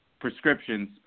prescriptions